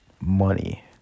money